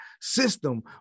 system